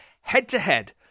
Head-to-head